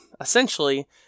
essentially